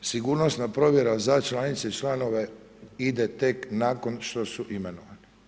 Sigurnosna provjera za članice i članove ide tek nakon što su imenovani.